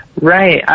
Right